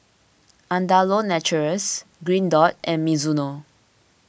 Andalou Naturals Green Dot and Mizuno